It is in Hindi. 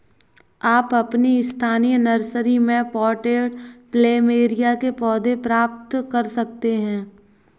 आप अपनी स्थानीय नर्सरी में पॉटेड प्लमेरिया के पौधे प्राप्त कर सकते है